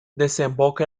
desemboca